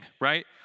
right